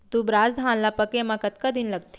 दुबराज धान ला पके मा कतका दिन लगथे?